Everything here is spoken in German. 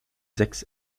sechs